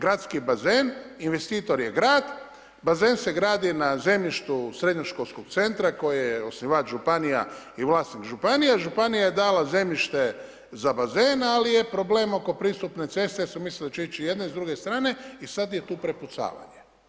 Gradski bazen, investitor je grad, bazen se gradi na zemljištu srednjoškolskog centra koji je osnivač županija i vlasnik županija, županija je dala zemljište za bazen ali je problem oko pristupne ceste jer su mislili da će ići sa jedne i druge strane i sad je tu prepucavanje.